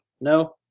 No